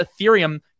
Ethereum